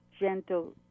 gentle